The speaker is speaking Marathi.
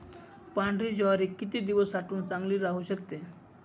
पांढरी ज्वारी किती दिवस साठवून चांगली राहू शकते?